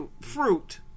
fruit